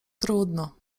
trudno